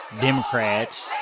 Democrats